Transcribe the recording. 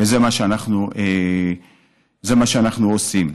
וזה מה שאנחנו עושים.